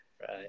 Right